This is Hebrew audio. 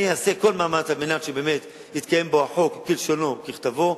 אני אעשה כל מאמץ על מנת שבאמת יתקיים בו החוק כלשונו וככתבו,